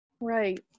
Right